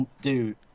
Dude